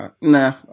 nah